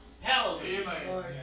Hallelujah